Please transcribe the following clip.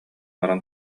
баран